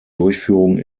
durchführung